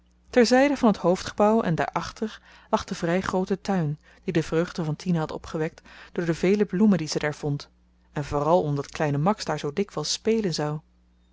terzyde van t hoofdgebouw en daarachter lag de vry groote tuin die de vreugde van tine had opgewekt door de vele bloemen die ze daar vond en vooral omdat kleine max daar zoo dikwyls spelen zou